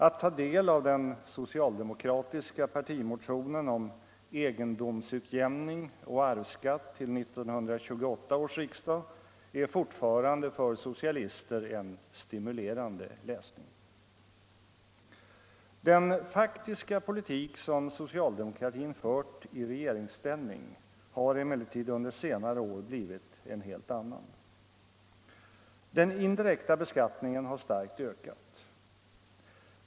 Att ta del av den socialdemokratiska partimotionen om egendomsutjämning och arvsskatt till 1928 års riksdag är fortfarande för socialister en stimulerande läsning. Den faktiska politik som socialdemokratin fört i regeringsställning har emellertid under senare år blivit en helt annan. Den indirekta beskattningen har starkt ökat.